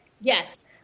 Yes